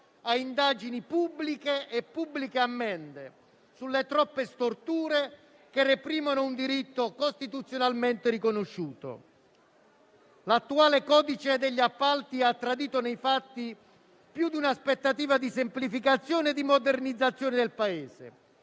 a indagini pubbliche e pubbliche ammende sulle troppe storture che reprimono un diritto costituzionalmente riconosciuto. L'attuale codice degli appalti ha tradito nei fatti più di un'aspettativa di semplificazione e modernizzazione del Paese,